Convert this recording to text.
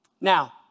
now